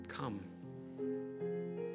come